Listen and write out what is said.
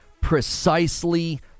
precisely